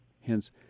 Hence